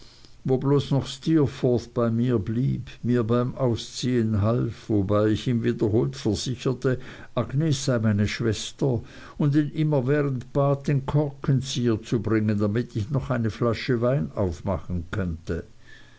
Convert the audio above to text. wo bloß noch steerforth bei mir blieb mir beim ausziehen half wobei ich ihm wiederholt versicherte agnes sei meine schwester und ihn immerwährend bat den korkzieher zu bringen damit ich noch eine flasche wein aufmachen könnte